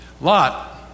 Lot